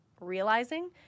realizing